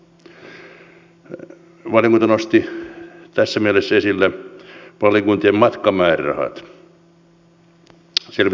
valiokunta nosti tässä mielessä esille valiokuntien matkamäärärahat